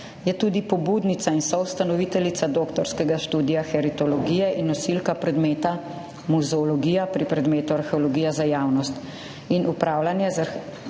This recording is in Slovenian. je tudi pobudnica in soustanoviteljica doktorskega študija heritologije in nosilka predmeta muzeologija pri predmetu arheologija za javnost in upravljanje z arheološko